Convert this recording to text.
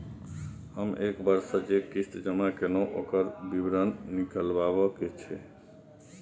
हम एक वर्ष स जे किस्ती जमा कैलौ, ओकर विवरण निकलवाबे के छै?